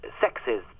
sexes